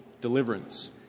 deliverance